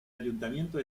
ayuntamiento